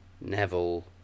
Neville